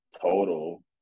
total